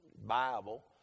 Bible